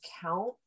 count